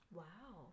wow